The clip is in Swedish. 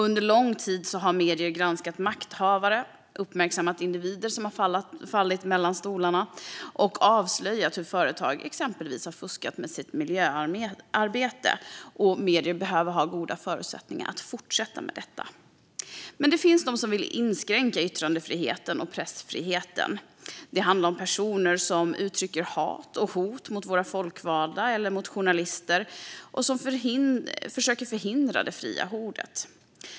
Under lång tid har medierna granskat makthavare, uppmärksammat individer som fallit mellan stolarna och avslöjat hur företag exempelvis har fuskat med sitt miljöarbete. Medierna behöver goda förutsättningar att fortsätta med detta. Men det finns de som vill inskränka yttrandefriheten och pressfriheten. Det handlar om personer som uttrycker hat och hot mot våra folkvalda eller mot journalister och som försöker hindra det fria ordet.